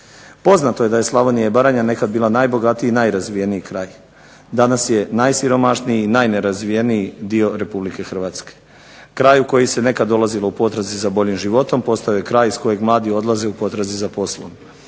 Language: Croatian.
Poznato je da je Slavonija i Baranja nekad bila najbogatiji i najrazvijeniji kraj. Danas je najsiromašniji i najnerazvijeniji dio Republike Hrvatske, kraj u koji se nekad dolazilo u potrazi za boljim životom postao je kraj iz kojeg mladi odlaze u potrazi za poslom.